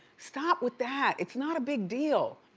stop with that! it's not a big deal!